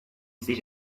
sich